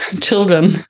children